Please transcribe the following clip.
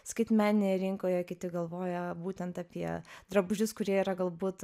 skaitmeninėj rinkoje kiti galvoja būtent apie drabužius kurie yra galbūt